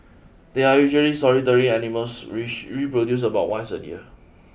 they are usually solitary animals which reproduce about once a year